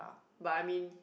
but I mean